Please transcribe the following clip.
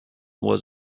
was